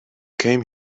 came